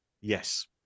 Yes